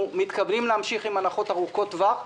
מתכוונים להמשיך עם הנחות ארוכות-טווח.